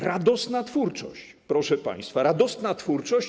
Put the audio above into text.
Radosna twórczość, proszę państwa, radosna twórczość.